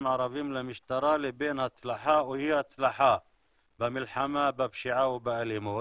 ערבים למשטרה לבין הצלחה או אי הצלחה במלחמה בפשיעה ובאלימות.